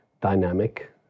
dynamic